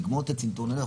נגמור את הצנתור ונלך.